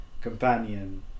companion